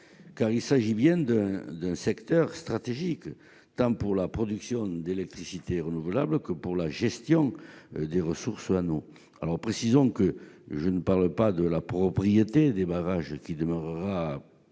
Car il s'agit bien d'un secteur stratégique, tant pour la production d'électricité renouvelable que pour la gestion des ressources en eau ! Je parle non pas de la propriété des barrages, qui demeurera évidemment